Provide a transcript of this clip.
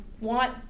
want